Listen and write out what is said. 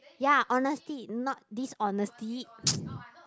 ya honesty not dishonesty